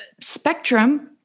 spectrum